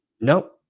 Nope